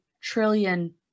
trillion